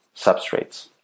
substrates